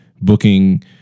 booking